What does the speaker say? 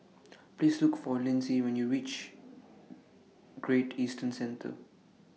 Please Look For Linsey when YOU REACH Great Eastern Centre